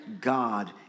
God